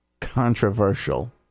controversial